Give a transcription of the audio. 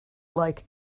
like